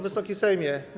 Wysoki Sejmie!